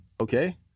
Okay